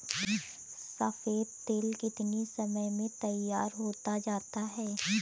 सफेद तिल कितनी समय में तैयार होता जाता है?